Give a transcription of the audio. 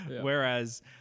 whereas